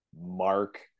Mark